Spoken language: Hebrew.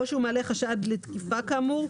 או שהוא מעלה חשד לתקיפה כאמור,